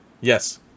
Yes